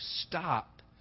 stop